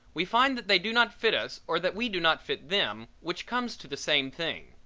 we find that they do not fit us or that we do not fit them, which comes to the same thing.